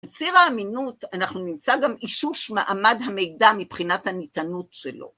בציר האמינות אנחנו נמצא גם אישוש מעמד המידע מבחינת הניתנות שלו.